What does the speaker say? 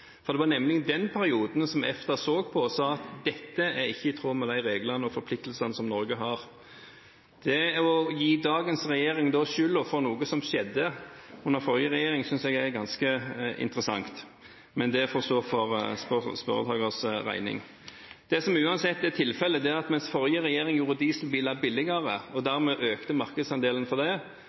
2009–2012. Det var nemlig den perioden som EFTA så på og sa at dette er ikke i tråd med reglene og de forpliktelsene som Norge har. Det å gi dagens regjering skylden for noe som skjedde under forrige regjering, synes jeg er ganske interessant, men det får stå for spørrerens regning. Det som uansett er tilfellet, er at mens forrige regjering gjorde dieselbiler billigere og dermed økte markedsandelen for det,